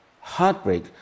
Heartbreak